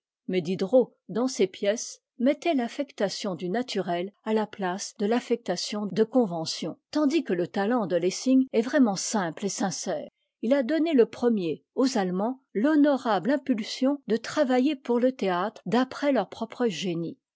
mais diderot dans ses pièces mettait t'af fectation du naturel à la place de l'affectation de convention tandis que le talent de lessing est vraiment simple et sincère il a donné le premier aux allemands l'honorable impulsion de travailler pour le théâtre d'après leur propre génie